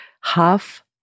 half